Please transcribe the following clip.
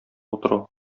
утыру